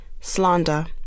slander